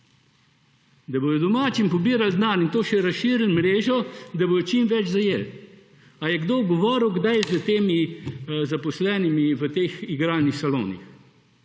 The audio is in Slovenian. Da bodo domačim pobirali denar in še razširili mrežo, da bodo čim več zajeli. Ali je kdo kdaj govoril z zaposlenimi v teh igralnih salonih,